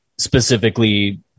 specifically